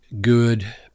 Good